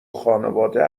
خانواده